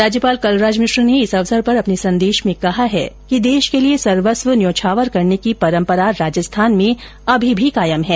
राज्यपाल कलराज मिश्र ने इस अवसर पर अपने संदेश में कहा कि देश के लिए सर्वस्व न्यौछावर करने की परम्परा राजस्थान में अभी भी कायम है